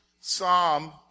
Psalm